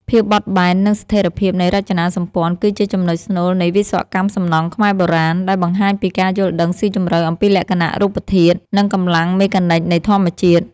ភាពបត់បែន និងស្ថិរភាពនៃរចនាសម្ព័ន្ធ គឺជាចំណុចស្នូលនៃវិស្វកម្មសំណង់ខ្មែរបុរាណ ដែលបង្ហាញពីការយល់ដឹងស៊ីជម្រៅអំពីលក្ខណៈរូបធាតុ និងកម្លាំងមេកានិចនៃធម្មជាតិ។